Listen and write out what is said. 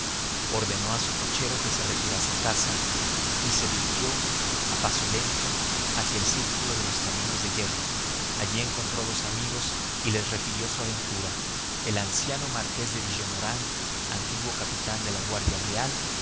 ordenó a su cochero que se retirase a casa y se dirigió a paso lento hacia el círculo de los caminos de hierro allí encontró dos amigos y les refirió su aventura el anciano marqués de villemaurin antiguo capitán de la guardia real